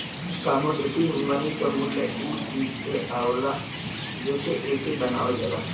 commodity money क मूल्य उ चीज से आवला जेसे एके बनावल जाला